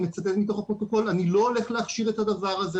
ואני מצטט מתוך הפרוטוקול: אני לא הולך להכשיר את הדבר הזה,